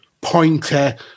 pointer